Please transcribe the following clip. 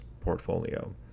portfolio